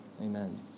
Amen